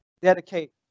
dedicate